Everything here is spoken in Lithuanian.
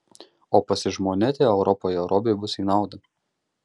o pasižmonėti europoje robiui bus į naudą